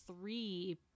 three